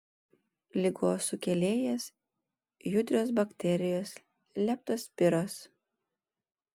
ligos sukėlėjas judrios bakterijos leptospiros